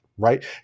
Right